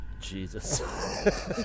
Jesus